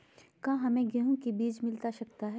क्या हमे गेंहू के बीज मिलता सकता है?